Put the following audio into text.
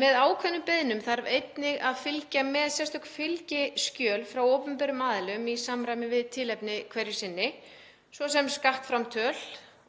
Með ákveðnum beiðnum þurfa einnig að fylgja sérstök fylgiskjöl frá opinberum aðilum í samræmi við tilefni hverju sinni, svo sem skattframtöl,